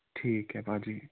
ਠੀਕ ਹੈ ਭਾਅ ਜੀ